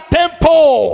temple